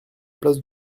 place